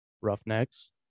Roughnecks